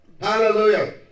Hallelujah